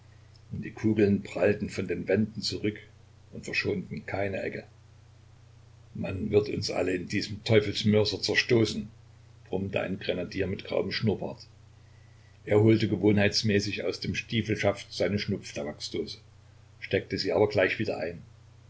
und die kugeln prallten von den wänden zurück und verschonten keine ecke man wird uns alle in diesem teufelsmörser zerstoßen brummte ein grenadier mit grauem schnurbart er holte gewohnheitsmäßig aus dem stiefelschaft seine schnupftabaksdose steckte sie aber gleich wieder ein